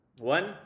one